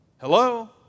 hello